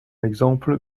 exemple